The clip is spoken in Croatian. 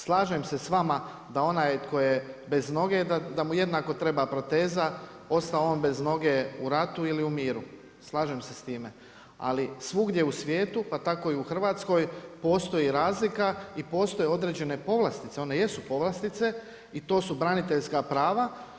Slažem se s vama da onaj tko je bez noge da mu jednako treba proteza ostao on bez noge u ratu ili u miru, slažem se s time, ali svugdje u svijetu pa tako i u Hrvatskoj postoji razlika i postoje određene povlastice, one jesu povlastice i to su braniteljska prava.